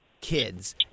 kids